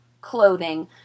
clothing